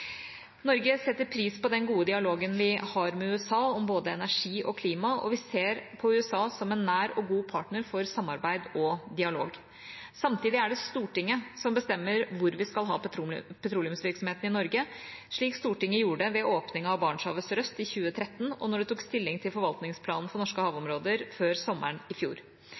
Norge setter pris på den gode dialogen vi har med USA, om både energi og klima, og vi ser på USA som en nær og god partner for samarbeid og dialog. Samtidig er det Stortinget som bestemmer hvor vi skal ha petroleumsvirksomhet i Norge, sånn Stortinget gjorde ved åpningen av Barentshavet sørøst i 2013, og da de tok stilling til forvaltningsplanen for norske havområder før sommeren i fjor.